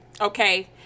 Okay